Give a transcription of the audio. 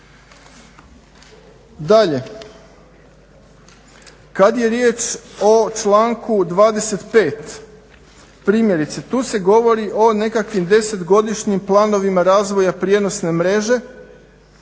Dalje, kad je riječ o članku 25. primjerice tu se govori o nekakvim 10-godišnjim planovima razvoja prijenosne mreže